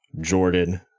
jordan